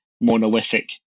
monolithic